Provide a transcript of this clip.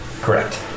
Correct